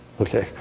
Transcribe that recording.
Okay